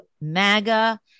MAGA